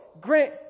Grant